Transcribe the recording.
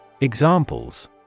Examples